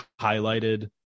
highlighted